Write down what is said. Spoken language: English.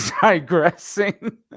digressing